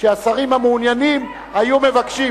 שהשרים המעוניינים היו מבקשים.